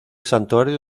santuario